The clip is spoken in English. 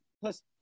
Plus